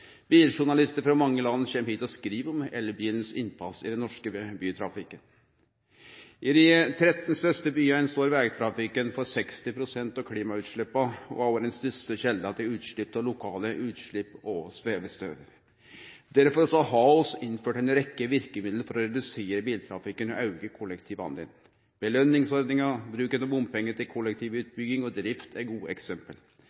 frå mange land kjem hit og skriv om elbilens innpass i den norske bytrafikken. I dei 13 største byane står vegtrafikken for 60 pst. av klimagassutsleppa og har vore den største kjelda til lokale utslepp og svevestøv. Derfor har vi innført ei rekkje verkemiddel for å redusere biltrafikken og auke kollektivdelen. Belønningsordninga, bruken av bompengar til